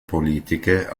politiche